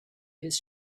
his